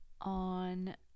on